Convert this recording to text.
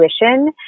intuition